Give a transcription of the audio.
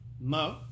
Mo